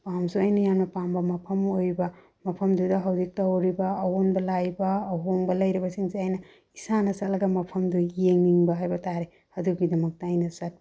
ꯄꯥꯝꯁꯨ ꯑꯩꯅ ꯌꯥꯝꯅ ꯄꯥꯝꯕ ꯃꯐꯝ ꯑꯣꯏꯕ ꯃꯐꯝꯗꯨꯗ ꯍꯧꯖꯤꯛ ꯇꯧꯔꯤꯕ ꯑꯑꯣꯟꯕ ꯂꯥꯛꯏꯕ ꯑꯍꯣꯡꯕ ꯂꯩꯔꯤꯕꯁꯤꯡꯁꯦ ꯑꯩꯅ ꯏꯁꯥꯅ ꯆꯠꯂꯒ ꯃꯐꯝꯗꯨ ꯌꯦꯡꯅꯤꯡꯕ ꯍꯥꯏꯕꯇꯥꯔꯦ ꯑꯗꯨꯒꯤꯗꯃꯛꯇ ꯑꯩꯅ ꯆꯠꯄ